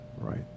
right